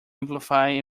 amplify